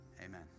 Amen